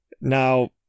Now